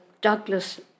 Douglas